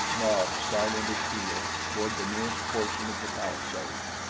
nobs silent at heel, toward the nearest portion of the palisade.